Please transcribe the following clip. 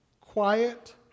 quiet